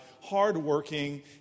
hardworking